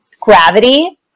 gravity